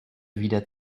wieder